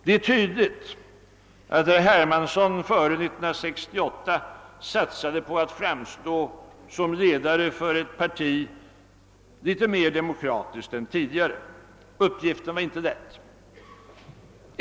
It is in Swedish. Det är tydligt att herr Hermansson före 1968 satsade på att framstå såsom ledare för ett parti, litet mer demokratiskt än tidigare. Uppgiften var inte lätt.